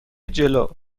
جلو